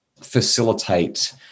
facilitate